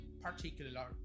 particular